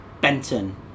Benton